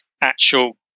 actual